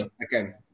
again